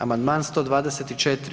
Amandman 124.